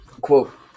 quote